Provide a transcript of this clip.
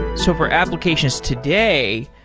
so for applications today,